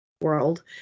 world